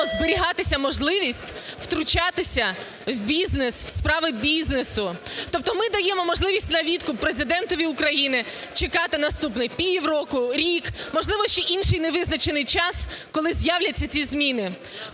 зберігатися можливість втручатися в бізнес, в справи бізнесу. Тобто ми даємо можливість на відкуп Президентові України чекати наступні півроку, рік, можливо, ще інший невизначений час, коли з'являться ці зміни.